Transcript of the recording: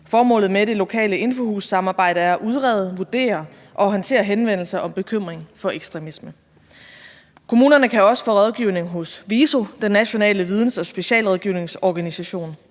Formålet med det lokale infohussamarbejde er at udrede, vurdere og håndtere henvendelser om bekymring for ekstremisme. Kommunerne kan også få rådgivning hos VISO, den nationale videns- og specialrådgivningsorganisation.